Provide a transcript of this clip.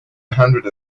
hundred